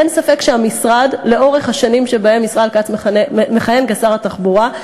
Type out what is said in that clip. אין ספק שהמשרד לאורך השנים שבהן ישראל כץ מכהן כשר התחבורה,